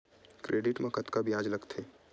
Credit मा कतका ब्याज लगथे?